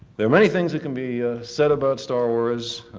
there are many things that can be said about star wars.